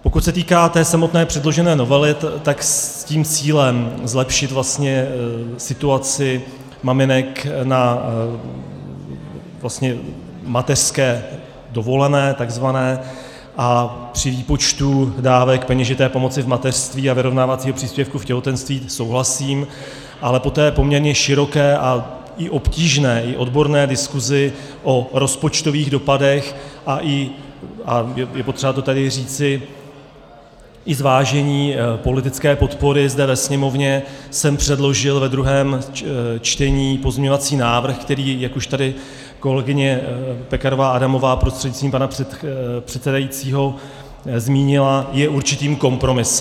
Pokud se týká samotné předložené novely, tak s cílem zlepšit vlastně situaci maminek na tzv. mateřské dovolené a při výpočtu dávek peněžité pomoci v mateřství a vyrovnávacího příspěvku těhotenství souhlasím, ale po té poměrně široké a obtížné i odborné diskuzi o rozpočtových dopadech, a je potřeba to tady říci, i zvážení politické podpory zde ve Sněmovně, jsem předložil ve druhém čtení pozměňovací návrh, který, jak už tady kolegyně Pekarová Adamová prostřednictvím pana předsedajícího zmínila, je určitým kompromisem.